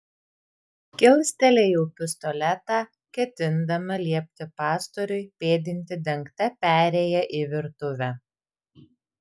kilstelėjau pistoletą ketindama liepti pastoriui pėdinti dengta perėja į virtuvę